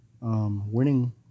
winning